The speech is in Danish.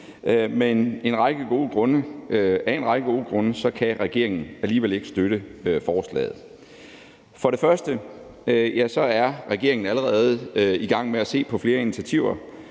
men af en række gode grunde kan regeringen alligevel ikke støtte forslaget. For det første er regeringen allerede i gang med at se på flere initiativer,